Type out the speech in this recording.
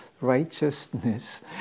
righteousness